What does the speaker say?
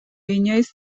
inoiz